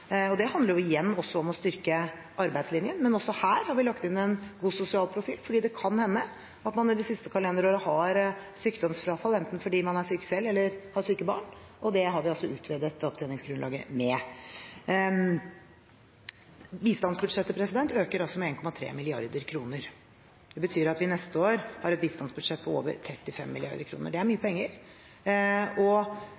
Det handler igjen om å styrke arbeidslinjen, men også her har vi lagt inn en god sosial profil, fordi det kan hende at man i det siste kalenderåret har sykdomsfrafall enten fordi man er syk selv eller har syke barn. Det har vi utvidet opptjeningsgrunnlaget med. Bistandsbudsjettet øker altså med 1,3 mrd. kr. Det betyr at vi neste år har et bistandsbudsjett på over 35 mrd. kr. Det er mye